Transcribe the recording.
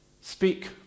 speak